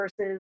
versus